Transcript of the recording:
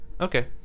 Okay